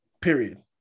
period